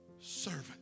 servant